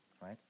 right